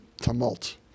tumult